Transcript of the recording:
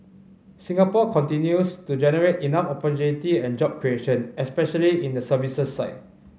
Singapore continues to generate enough opportunity and job creation especially in the services side